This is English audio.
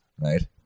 right